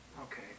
Okay